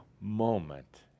moment